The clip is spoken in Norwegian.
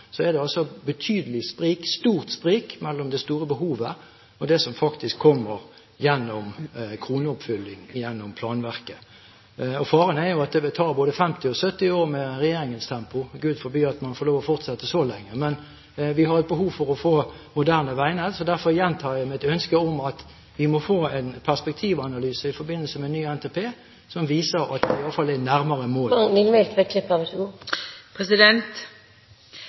er det et stort sprik mellom behovet og det som faktisk kommer gjennom kroneoppfylling gjennom planverket. Faren er jo at det vil ta både 50 og 70 år med regjeringens tempo – Gud forby at man får lov til å fortsette så lenge – men vi har et behov for å få moderne veinett. Derfor gjentar jeg mitt ønske om at vi må få en perspektivanalyse i forbindelse med ny NTP som viser at vi i alle fall er nærmere